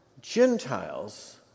Gentiles